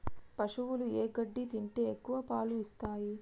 పశువులు ఏ గడ్డి తింటే ఎక్కువ పాలు ఇస్తాయి?